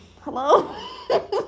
Hello